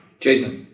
Jason